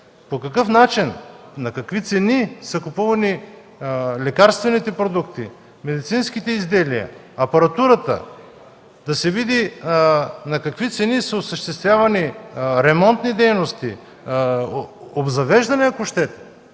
по какъв начин и на какви цени са купувани лекарствените продукти, медицинските изделия, апаратурата, да се види на какви цени са осъществявани ремонтните дейности, обзавеждането и